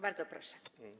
Bardzo proszę.